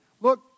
Look